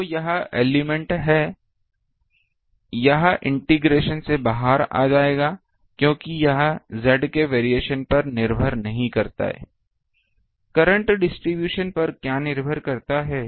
तो यह एलिमेंट है यह इंटीग्रेशन से बाहर आ जाएगा क्योंकि यह z के वेरिएशन पर निर्भर नहीं करता है करंट डिस्ट्रीब्यूशन पर क्या निर्भर करता है